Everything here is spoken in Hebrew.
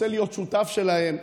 רוצה להיות שותף שלהם,